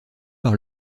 par